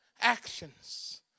actions